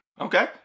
Okay